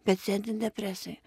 bet sėdi depresijoj